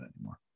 anymore